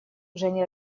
женя